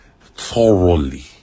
Thoroughly